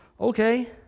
okay